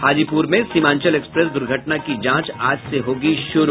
हाजीपुर में सीमांचल एक्सप्रेस द्र्घटना की जांच आज से होगी शुरू